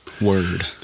Word